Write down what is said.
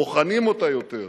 בוחנים אותה יותר,